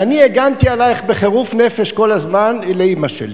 ואני הגנתי עלייך בחירוף נפש כל הזמן אצל אמא שלי.